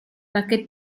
perché